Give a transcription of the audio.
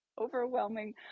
overwhelming